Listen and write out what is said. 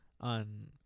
on